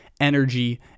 energy